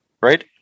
right